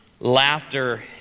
Laughter